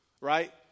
Right